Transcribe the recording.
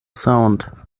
sound